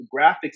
graphics